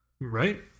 Right